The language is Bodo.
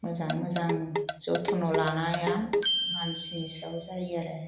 मोजां मोजां जोथोन लानाया मानसिनि सायाव जायो आरो